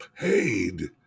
paid